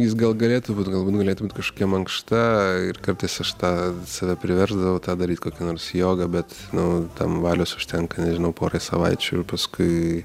jis gal galėtų būt galbūt galėtų būt kažkokia mankšta ir kartais aš tą save priversdavau tą daryti kokią nors jogą bet nu tam valios užtenka nežinau porai savaičių paskui